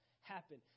happen